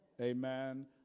Amen